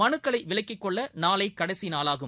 மனுக்களைவிலக்கிக்கொள்ளநாளைகடைசிநாளாகும்